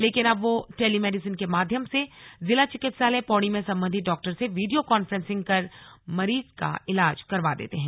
लेकिन अब वह टेली मेडिसिन के माध्यम से जिला चिकित्सालय पौड़ी में संबंधित डॉक्टर से वीडियो कॉन्फ्रेंसिंग कर मरीज का ईलाज करवा देते है